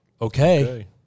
Okay